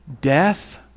death